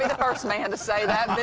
and first man to say that,